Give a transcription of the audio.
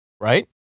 right